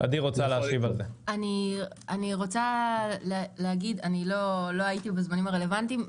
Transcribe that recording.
לא הייתי בזמנים הרלוונטיים.